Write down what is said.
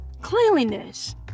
cleanliness